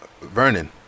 Vernon